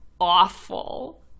awful